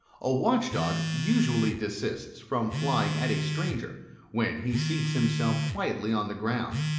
a watch-dog usually desists from flying at a stranger when he seats himself quietly on the ground,